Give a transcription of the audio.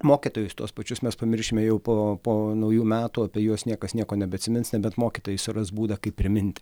mokytojus tuos pačius mes pamiršime jau po po naujų metų apie juos niekas nieko nebeatsimins nebent mokytojai suras būdą kaip primint